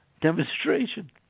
demonstration